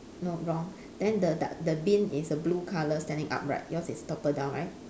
no wrong then the du~ the bin is a blue colour standing upright yours is toppled down right